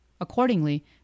Accordingly